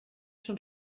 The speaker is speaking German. schon